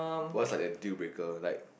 what's like a dealbreaker like